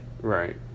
right